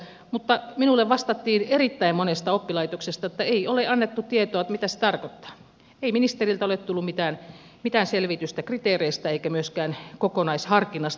mutta minulle vastattiin erittäin monesta oppilaitoksesta että ei ole annettu tietoa mitä se tarkoittaa ei ministeriltä ole tullut mitään selvitystä kriteereistä eikä myöskään kokonaisharkinnasta